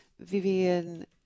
vivian